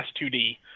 S2D